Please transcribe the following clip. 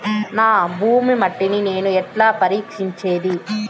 నా భూమి మట్టిని నేను ఎట్లా పరీక్షించేది?